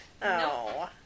No